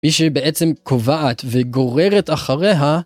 מי שבעצם קובעת וגוררת אחריה